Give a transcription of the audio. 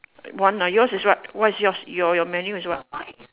one ah yours is what is yours your your menu is what